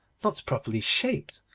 not properly shaped,